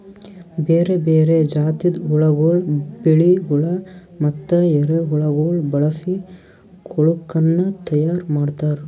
ಬೇರೆ ಬೇರೆ ಜಾತಿದ್ ಹುಳಗೊಳ್, ಬಿಳಿ ಹುಳ ಮತ್ತ ಎರೆಹುಳಗೊಳ್ ಬಳಸಿ ಕೊಳುಕನ್ನ ತೈಯಾರ್ ಮಾಡ್ತಾರ್